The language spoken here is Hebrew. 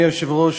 אדוני היושב-ראש,